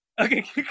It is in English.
okay